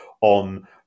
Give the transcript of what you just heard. on